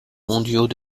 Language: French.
mondiaux